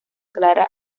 clara